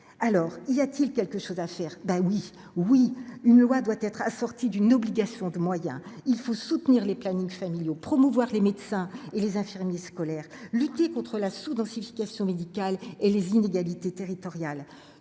alors y a-t-il quelque chose à faire : ben oui, oui, une loi doit être assortie d'une obligation de moyens, il faut soutenir les plannings familiaux, promouvoir les médecins et les infirmiers scolaires, lutter contre la sous-densification médicale et les inégalités territoriales